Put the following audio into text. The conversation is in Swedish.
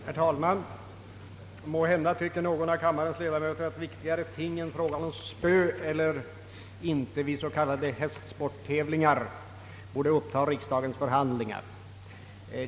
Herr talman! Måhända tycker någon av kammarens ledamöter att viktigare ting än frågan om spö eller inte vid s.k. hästsporttävlingar borde uppta riksdagens förhandlingar.